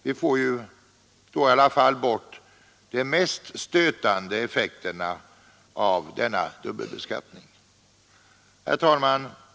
Vi får då i alla fall bort de mest stötande effekterna av denna dubbelbeskattning. Herr talman!